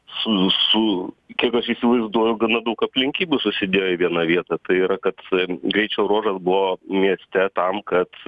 su su kiek aš įsivaizduoju gana daug aplinkybių susidėjo į vieną vietą tai yra kad greičio ruožas buvo mieste tam kad